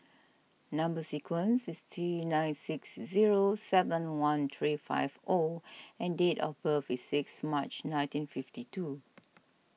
Number Sequence is T nine six zero seven one three five O and date of birth is sixt March nineteen fifty two